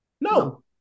No